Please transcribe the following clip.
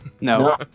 No